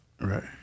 right